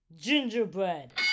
gingerbread